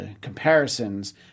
comparisons